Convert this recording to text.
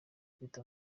ifite